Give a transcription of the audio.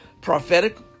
Prophetic